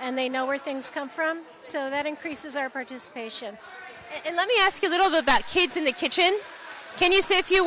and they know where things come from so that increases our participation in let me ask you a little bit about kids in the kitchen can you say a few